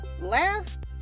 last